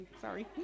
Sorry